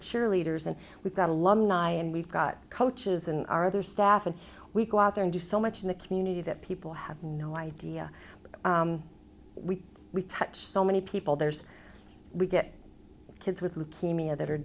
cheerleaders and we've got a long night and we've got coaches and our other staff and we go out there and do so much in the community that people have no idea but we we touch so many people there's we get kids with leukemia that are